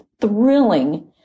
thrilling